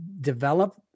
develop